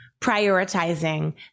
prioritizing